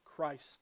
Christ